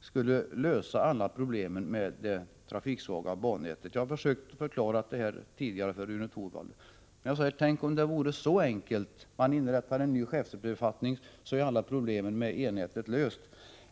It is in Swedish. skulle lösa alla problem med det trafiksvaga bannätet. Jag har försökt förklara detta tidigare för Rune Torwald, och jag vill säga: Tänk om det vore så enkelt att om man inrättar en ny chefsbefattning är alla problem med E-nätet lösta.